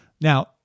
Now